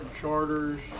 Charters